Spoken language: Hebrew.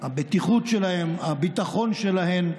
הבטיחות שלהן, הביטחון שלהן,